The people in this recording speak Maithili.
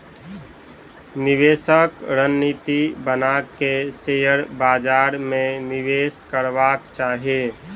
निवेशक रणनीति बना के शेयर बाजार में निवेश करबाक चाही